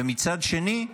ומצד שני,